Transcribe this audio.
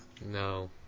No